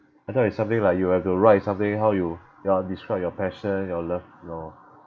I thought it's something like you have to write something how you yeah describe your passion your love no ah